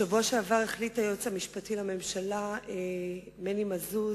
בשבוע שעבר החליט היועץ המשפטי לממשלה מני מזוז